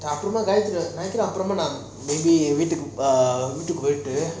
அபிராம காயத்திரி காயத்திரி அபிராமம நான் வீட்டுக்கு வீட்டுக்கு போயிடு:aprama gayathiri gayathiri apramama naan veetuku veetuku poitu